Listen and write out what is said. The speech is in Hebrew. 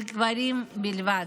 על גברים בלבד.